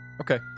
Okay